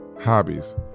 hobbies